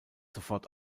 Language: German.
sofort